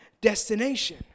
destination